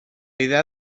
idea